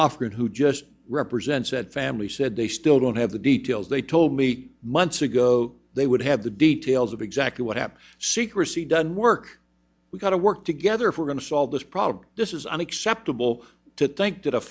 lofgren who just represents that family said they still don't have the details they told me months ago they would have the details of exactly what happened secrecy doesn't work we've got to work together for going to solve this problem this is unacceptable to think that a